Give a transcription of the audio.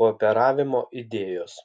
kooperavimo idėjos